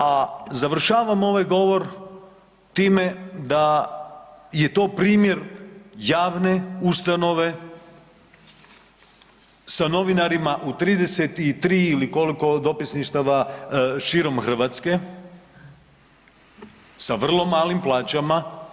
A završavam ovaj govor time da je to primjer javne ustanove sa novinarima u 33 ili koliko dopisništava širom Hrvatske, sa vrlo malim plaćama.